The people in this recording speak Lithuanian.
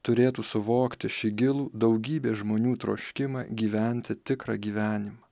turėtų suvokti šį gilų daugybės žmonių troškimą gyventi tikrą gyvenimą